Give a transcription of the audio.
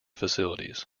facilities